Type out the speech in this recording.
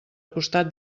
costat